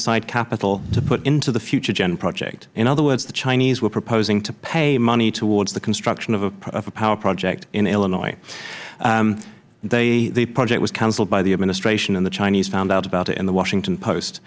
capital to put into the futuregen project in other words the chinese were proposing to pay money towards the construction of a power project in illinois the project was canceled by the administration and the chinese found out about it in the washington post